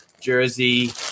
jersey